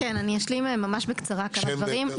כן, אשלים ממש בקצרה כמה דברים.